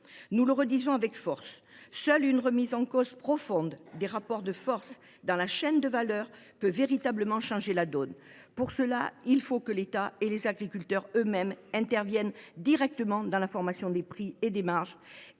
Nous le redisons avec force : seule une remise en cause profonde des rapports de force dans la chaîne de valeur peut véritablement changer la donne. Il faut, à cet effet, que l’État et les agriculteurs eux mêmes interviennent directement dans la formation des prix et des marges